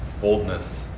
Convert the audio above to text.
boldness